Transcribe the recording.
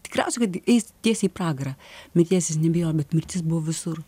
tikriausiai kad eis tiesiai į pragarą mirties jis nebijo bet mirtis buvo visur